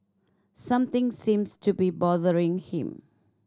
something seems to be bothering him